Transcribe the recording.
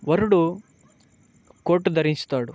వరుడు కోటు ధరిస్తాడు